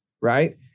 right